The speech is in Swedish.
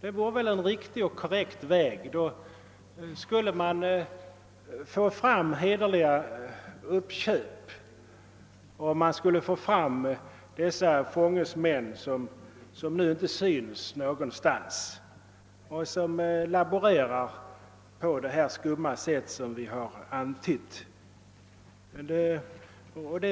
Det vore väl en riktig och korrekt väg att gå; då skulle man få till stånd hederliga uppköp och sätta strålkastarljuset på dessa fångstmän som nu inte syns någonstans utan laborerar på det skumma sätt vi har antytt. Det